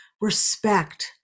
respect